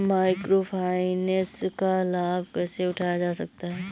Micro finance का लाभ कैसे उठाया जा सकता है?